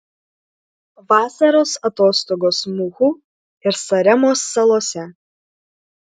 vasaros atostogos muhu ir saremos salose